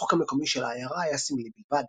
החוק המקומי של העיירה היה סמלי בלבד.